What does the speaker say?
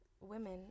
women